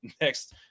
next